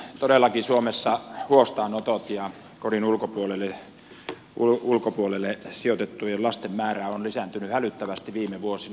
todellakin suomessa huostaanotot ja kodin ulkopuolelle sijoitettujen lasten määrä ovat lisääntyneet hälyttävästi viime vuosina